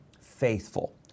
faithful